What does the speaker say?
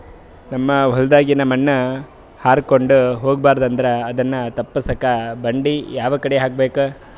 ನಮ್ ಹೊಲದಾಗಿನ ಮಣ್ ಹಾರ್ಕೊಂಡು ಹೋಗಬಾರದು ಅಂದ್ರ ಅದನ್ನ ತಪ್ಪುಸಕ್ಕ ಬಂಡಿ ಯಾಕಡಿ ಹಾಕಬೇಕು?